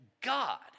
God